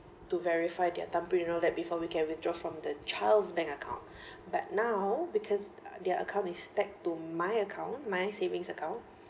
to verify their thumbprint and all that before we can withdraw from the child's bank account but now because their account is stack to my account my savings account